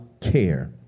care